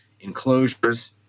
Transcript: enclosures